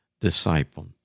disciple